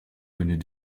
kunnen